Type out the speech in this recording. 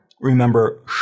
remember